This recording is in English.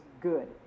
good